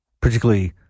particularly